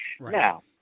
Now